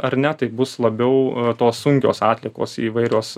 ar ne tai bus labiau tos sunkios atliekos įvairios